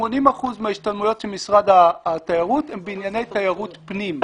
80% מההשתלמויות של משרד התיירות הן בענייני תיירות פנים.